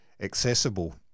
accessible